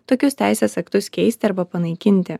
tokius teisės aktus keisti arba panaikinti